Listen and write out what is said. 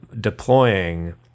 deploying